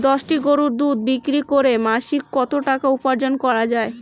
দশটি গরুর দুধ বিক্রি করে মাসিক কত টাকা উপার্জন করা য়ায়?